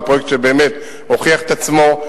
זה פרויקט שבאמת הוכיח את עצמו,